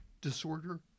Disorder